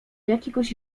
jakiegoś